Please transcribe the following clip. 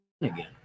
again